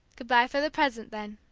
good-bye for the present, then,